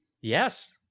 yes